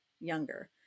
younger